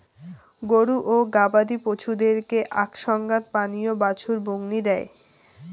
গরু ও গবাদি পছুদেরকে আক সঙ্গত পানীয়ে বাছুর বংনি দেই